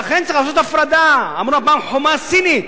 לכן צריך לעשות הפרדה, חומה סינית,